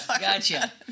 gotcha